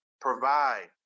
Provide